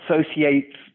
associates